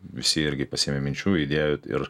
visi irgi pasiėmė minčių idėjų ir